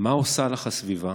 // מה עושה לך הסביבה,